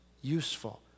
useful